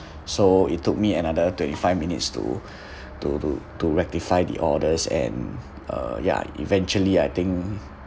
so it took me another twenty five minutes to to to to rectify the orders and uh ya eventually I think